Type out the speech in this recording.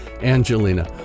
Angelina